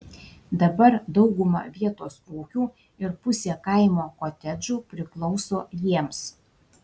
dabar dauguma vietos ūkių ir pusė kaimo kotedžų priklauso jiems